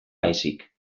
baizik